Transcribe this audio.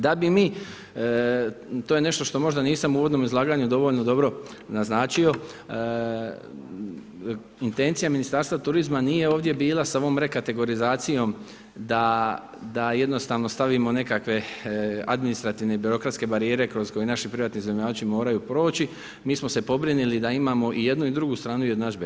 Da bi mi, to je nešto što možda nisam u uvodnom izlaganju dovoljno dobro naznačio, intencija Ministarstva turizma nije ovdje bila sa ovom rekategorizacijom da jednostavno stavimo nekakve administrativne i birokratske barijere kroz koje naši privatni iznajmljivači moraju proći, mi smo se pobrinuli da imamo i jednu i drugu stranu jednadžbe.